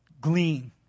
glean